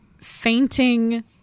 fainting